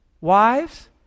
wives